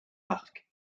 marques